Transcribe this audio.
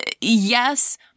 yes